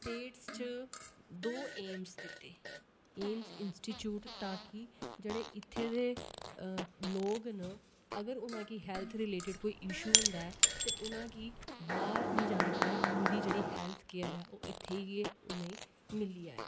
state च दो AIIMS दित्ते एम्स इंस्टीट्यूट गी जेह्डे़ इत्थै दे लोक न अगर उ'नेंगी हैल्थ दे रिलेटड जेह्डे़ इशू होंदा ऐ ते उ'नेंगी बाह्र नेईं जाना पवै उं'दी जेह्ड़ी हैल्थ केयर इत्थै गै मिली जाए